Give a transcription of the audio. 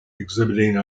exhibiting